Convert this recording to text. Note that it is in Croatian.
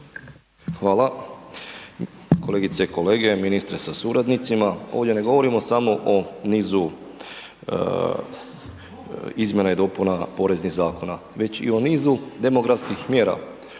Hvala. Kolegice i kolege, ministre sa suradnicima. Ovdje ne govorimo samo o nizu izmjena i dopuna poreznih zakona već i o nizu demografskih mjera.